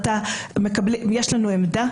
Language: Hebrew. יש לנו עמדה,